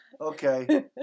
Okay